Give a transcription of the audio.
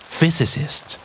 Physicist